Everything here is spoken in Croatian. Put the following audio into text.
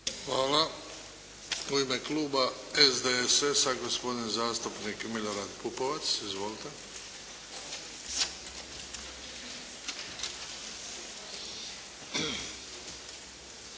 Hvala. U ime kluba SDSS-a gospodin zastupnik Milorad Pupovac. Izvolite.